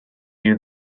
you